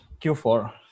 Q4